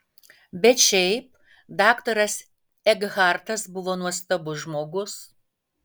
bet šiaip daktaras ekhartas buvo nuostabus žmogus